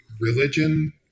religion